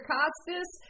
Costas